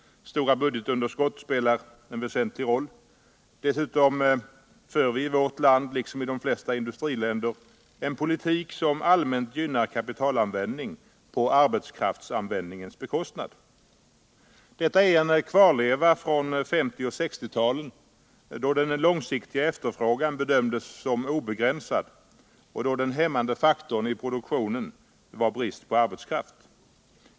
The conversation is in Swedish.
Stora budgetunderskott spelar härvidlag en väsentlig roll. Dessutom för vi i vårt land, liksom i de flesta industriländer, en politik som allmänt gynnar kapitalanvändning på arbetskraftsanvändningens bekostnad. Detta är en kvarleva från 1950 och 1960-talen, då den långsiktiga efterfrågan bedömdes som obegränsad och då den hämmande faktorn i produktionen var brist på arbetskraft.